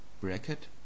bracket